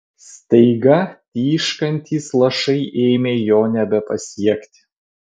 staiga tyškantys lašai ėmė jo nebepasiekti